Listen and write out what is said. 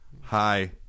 Hi